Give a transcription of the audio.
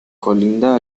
colinda